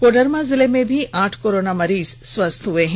कोडरमा जिले में भी आठ कोरोना मरीज स्वस्थ हुए हैं